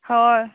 हय